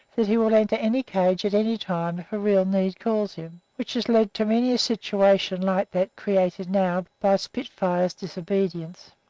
that he will enter any cage at any time if a real need calls him which has led to many a situation like that created now by spitfire's disobedience.